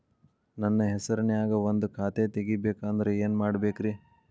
ನನ್ನ ಹೆಸರನ್ಯಾಗ ಒಂದು ಖಾತೆ ತೆಗಿಬೇಕ ಅಂದ್ರ ಏನ್ ಮಾಡಬೇಕ್ರಿ?